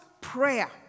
prayer